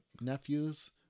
nephews